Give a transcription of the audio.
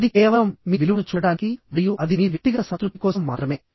అది కేవలం మీ విలువను చూడటానికి మరియు అది మీ వ్యక్తిగత సంతృప్తి కోసం మాత్రమే